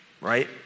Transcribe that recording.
right